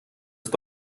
ist